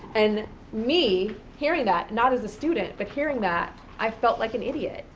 and me, hearing that, not as a student, but hearing that, i felt like an idiot,